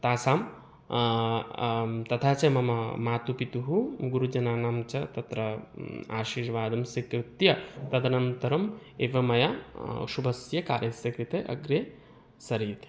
तासां तथा च मम मातुपितुः गुरुजनानां च तत्र आशीर्वादं स्वीकृत्य तदनन्तरम् एव मया शुभस्य कार्यस्य कृते अग्रेसारये